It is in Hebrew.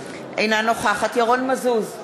אינה נוכחת ירון מזוז,